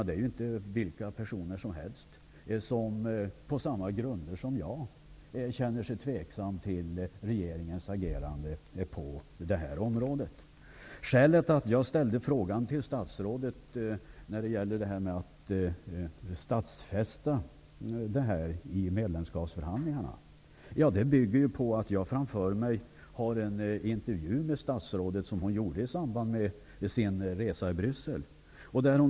Det är inte vilka personer som helst, som på samma grunder som jag känner sig tveksamma till regeringens agerande på det här området. Skälet till att jag till statsrådet ställde frågan om att stadfästa meddelarfriheten i medlemskapsförhandlingarna är att jag framför mig har en tidningsintervju med statsrådet i samband med hennes resa till Bryssel.